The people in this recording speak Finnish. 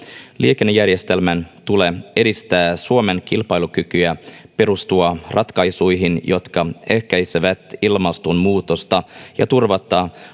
liikennejärjestelmän tulee edistää suomen kilpailukykyä perustua ratkaisuihin jotka ehkäisevät ilmastonmuutosta ja turvata